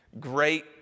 great